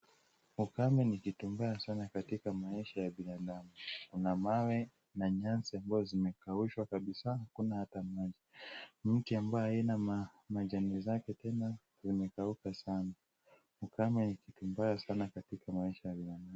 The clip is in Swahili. Ukame ni kitu mbaya sana katika maisha ya binadamu. Kuna mawe na nyasi ambazo zimekaushwa kabisa hakuna hata moja. Mti ambaye haina majani zake tena imekauka sana. Ukame ni kitu mbaya sana katika maisha ya binadamu.